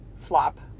flop